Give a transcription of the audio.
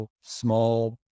small